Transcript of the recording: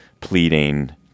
pleading